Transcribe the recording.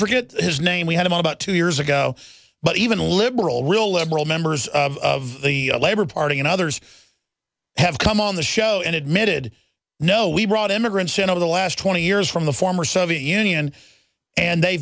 forget his name we had about two years ago but even liberal real liberal members of the labor party and others have come on the show and admitted no we brought immigrants in over the last twenty years from the former soviet union and they